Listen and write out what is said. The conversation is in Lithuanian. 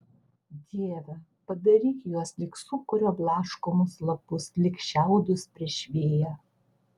dieve padaryk juos lyg sūkurio blaškomus lapus lyg šiaudus prieš vėją